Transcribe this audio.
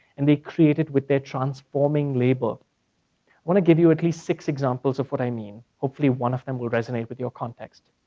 and they create it with their transforming labor. i wanna give you at least six examples of what i mean, hopefully one of them will resonate with your context.